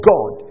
God